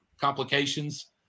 complications